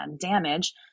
damage